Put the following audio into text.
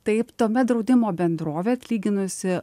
taip tuomet draudimo bendrovė atlyginusi